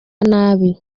nabi